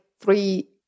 three